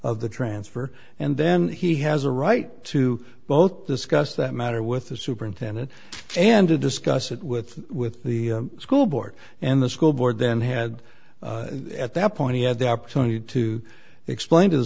of the transfer and then he has a right to both discuss that matter with the superintendent and to discuss it with with the school board and the school board then had at that point he had the opportunity to explain to the